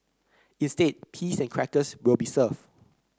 instead peas and crackers will be served